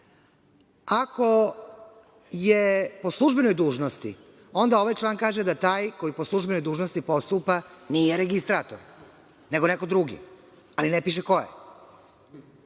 Ako je po službenoj dužnosti, onda ovaj član kaže da taj koji po službenoj dužnosti postupa nije registrator, nego neko drugi, a ne piše ko